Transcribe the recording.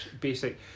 basic